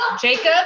Jacob